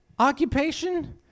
Occupation